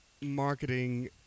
marketing